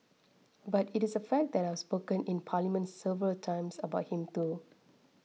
but it is a fact that I have spoken in parliament several times about him too